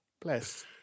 bless